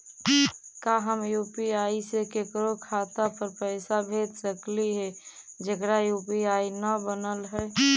का हम यु.पी.आई से केकरो खाता पर पैसा भेज सकली हे जेकर यु.पी.आई न बनल है?